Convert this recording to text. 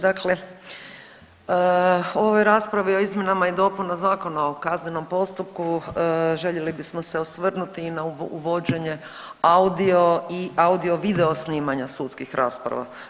Dakle, ove rasprave o izmjenama i dopuna Zakona o kaznenom postupku željeli bismo se osvrnuti i na uvođenje audio i audio video snimanja sudskih rasprava.